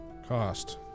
cost